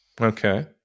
Okay